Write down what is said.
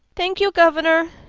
thank you, governor,